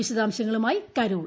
വിശദാംശങ്ങളുമായി കരോൾ